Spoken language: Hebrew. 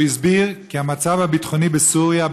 הוא הסביר כי המצב הביטחוני בסוריה,